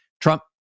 Trump